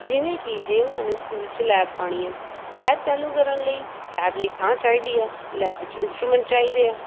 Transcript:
ਜਿਵੇਂ ਕਿ ਜੇ ਉਹਨਾਂ ਨੇ ਸਕੂਲ 'ਚ ਲੈਬ ਪਾਉਣੀ ਹੈ ਲੈਬ ਚਾਲੂ ਕਰਨ ਲਈ ਲੈਬ ਲਈ ਥਾਂ ਚਾਹੀਦੀ ਆ ਲੈਬ ਵਿੱਚ ਇੰਸਟਰੂਮੈਂਟ ਚਾਹੀਦੇ ਆ